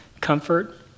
comfort